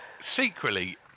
Secretly